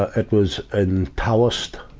ah it was in taoist,